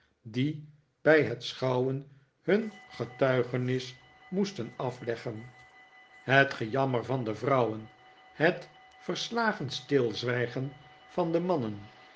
die bij het schouwen hun getuigenis moesten afleggen het gejammer van de vrouwen het verslagen stilzwijgen van de mannen